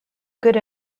good